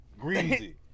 Greasy